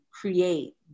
create